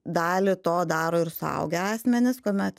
dalį to daro ir suaugę asmenys kuomet